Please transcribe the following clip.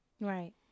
Right